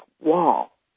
wall